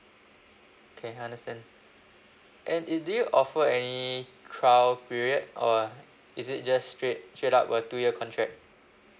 okay I understand and if do you offer any trial period or is it just straight straight up a two year contract